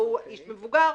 והוא איש מבוגר,